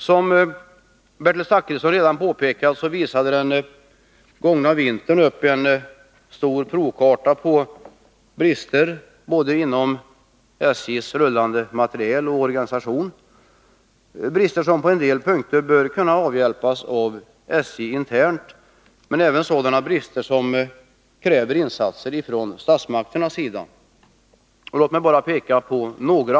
Som Bertil Zachrisson redan har påpekat visade den gångna vintern upp en stor provkarta på brister avseende både SJ:s rullande materiel och dess organisation — brister som på en del punkter bör kunna avhjälpas av SJ internt, men även sådana brister som kräver insatser från statsmakternas sida. Låt mig bara peka på några.